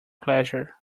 pleasure